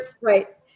Right